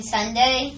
Sunday